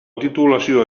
titulació